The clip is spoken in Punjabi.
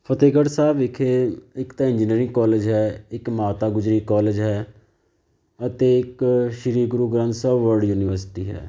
ਫਤਿਹਗੜ੍ਹ ਸਾਹਿਬ ਵਿਖੇ ਇੱਕ ਤਾਂ ਇੰਜੀਨੀਅਰਿੰਗ ਕੋਲਜ ਹੈ ਇੱਕ ਮਾਤਾ ਗੁਜਰੀ ਕੋਲਜ ਹੈ ਅਤੇ ਇੱਕ ਸ਼੍ਰੀ ਗੁਰੂ ਗ੍ਰੰਥ ਸਾਹਿਬ ਵਰਡ ਯੂਨੀਵਰਸਿਟੀ ਹੈ